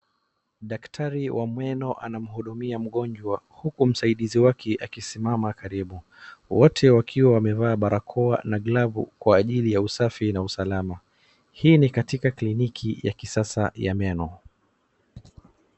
Daktari wa meno anamhudumia mgonjwa huku msaidizi wake akisimama karibu. Wote wakiwa wamevaa barakoa na glavu kwa ajiri ya usafi na usalama. Hiii ni katika kliniki ya kisasa ya meno.